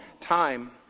time